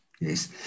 yes